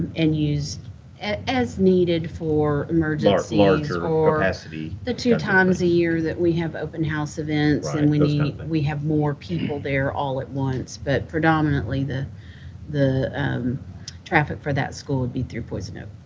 and used as needed for emergencies or. larger ah capacity. the two times a year that we have open house events and we need need but we have more people there all at once, but, predominantly, the traffic traffic for that school would be through poison oak.